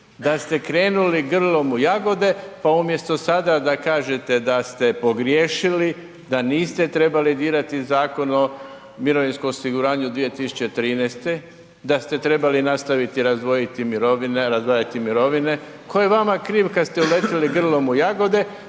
da ste krenuli grlom u jagode pa umjesto sada da kažete da ste pogriješili da niste trebali dirati Zakon o mirovinskom osiguranju 2013., da ste trebali nastaviti razdvojiti mirovine, razdvajati mirovine, tko je vama kriv kad ste uletili grlom u jagode